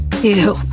Ew